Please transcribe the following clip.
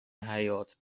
حیات